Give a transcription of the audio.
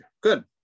Good